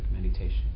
meditation